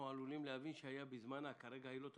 אנחנו עלולים להבין שהיה בזמנה וכרגע היא לא טובה.